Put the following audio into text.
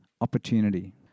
opportunity